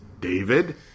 David